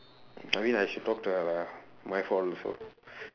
I mean I should talk to her lah my fault also